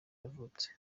yavutse